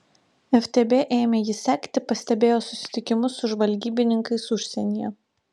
ftb ėmė jį sekti pastebėjo susitikimus su žvalgybininkais užsienyje